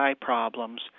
problems